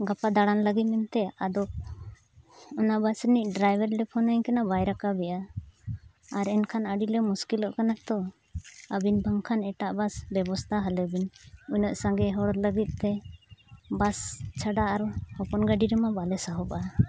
ᱜᱟᱯᱟ ᱫᱟᱬᱟᱱ ᱞᱟᱹᱜᱤᱫ ᱛᱮ ᱟᱫᱚ ᱚᱱᱟ ᱨᱤᱱᱤᱡ ᱞᱮ ᱼᱟᱭ ᱠᱟᱱᱟ ᱵᱟᱭ ᱨᱟᱠᱟᱵᱮᱫᱼᱟ ᱟᱨ ᱮᱱᱠᱷᱟᱱ ᱟᱹᱰᱤ ᱞᱮ ᱢᱩᱥᱠᱤᱞᱚᱜ ᱠᱟᱱᱟ ᱛᱳ ᱟᱹᱵᱤᱱ ᱵᱟᱝᱠᱷᱟᱱ ᱮᱴᱟᱜ ᱵᱮᱵᱚᱥᱛᱷᱟ ᱦᱟᱞᱮᱵᱤᱱ ᱩᱱᱟᱹᱜ ᱥᱟᱸᱜᱮ ᱦᱚᱲ ᱞᱟᱹᱜᱤᱫ ᱛᱮ ᱪᱷᱟᱰᱟ ᱟᱨ ᱦᱚᱯᱚᱱ ᱜᱟᱹᱰᱤᱨᱮ ᱢᱟ ᱵᱟᱞᱮ ᱥᱟᱦᱚᱵᱟ